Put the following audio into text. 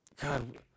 god